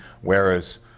Whereas